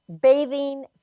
bathing